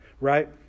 right